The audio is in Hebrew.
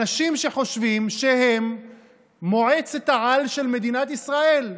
אנשים שחושבים שהם מועצת-העל של מדינת ישראל.